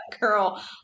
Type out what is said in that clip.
Girl